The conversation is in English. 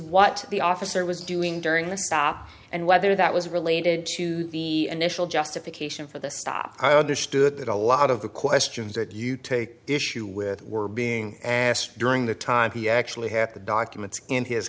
what the officer was doing during the stop and whether that was related to the initial justification for the stop i understood that a lot of the questions that you take issue with were being asked during the time he actually had the documents in his